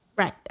Right